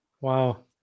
Wow